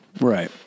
Right